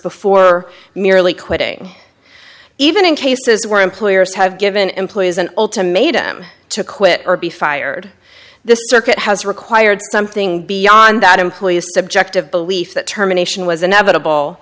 before merely quitting even in cases where employers have given employees an ultimatum to quit or be fired the circuit has required something beyond that employee subjective belief that terminations was inevitable